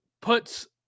puts